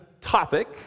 topic